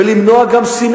וגם למנוע שנאה